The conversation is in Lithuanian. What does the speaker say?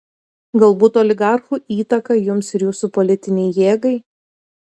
galbūt oligarchų įtaką jums ir jūsų politinei jėgai